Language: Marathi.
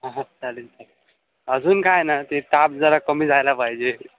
हा चालेल चालेल अजून काय ना ते ताप जरा कमी जायला पाहिजे